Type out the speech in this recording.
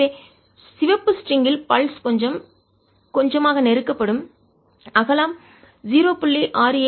எனவே சிவப்பு ஸ்ட்ரிங் லேசான கயிறு ல் பல்ஸ் துடிப்பு கொஞ்சம் கொஞ்சமாக நெருக்கப்படும் அகலம் 0